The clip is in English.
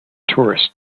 tourists